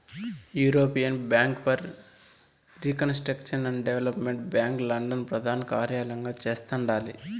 European bank for reconstruction and development bank London ప్రదానకార్యలయంగా చేస్తండాలి